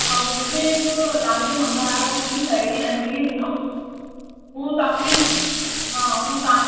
हा मूंखे जो तव्हांजो नंबर आहे हो मुंहिंजी साहेड़ी अंजली ॾिनो हूं तव्हांखे हा हूं तव्हां